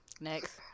Next